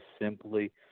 simply